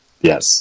Yes